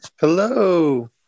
hello